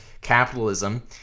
capitalism